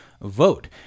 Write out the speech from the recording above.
vote